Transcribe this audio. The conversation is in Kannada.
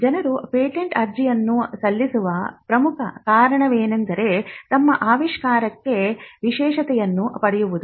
ಜನರು ಪೇಟೆಂಟ್ ಅರ್ಜಿಯನ್ನು ಸಲ್ಲಿಸುವ ಪ್ರಮುಖ ಕಾರಣವೆಂದರೆ ತಮ್ಮ ಆವಿಷ್ಕಾರಕ್ಕೆ ವಿಶೇಷತೆಯನ್ನು ಪಡೆಯುವುದು